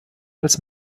als